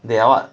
they are what